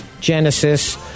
Genesis